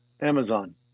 Amazon